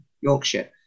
Yorkshire